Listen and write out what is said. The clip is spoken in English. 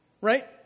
right